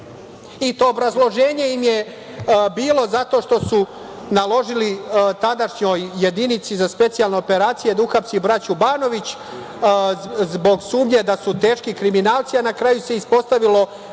Obrazloženje im je bilo zato što su naložili tadašnjoj jedinici za specijalne operacije da uhapsi braću Banović, zbog sumnje da su teški kriminalci, a na kraju se ispostavilo